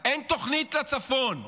אין תוכנית לצפון.